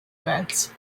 events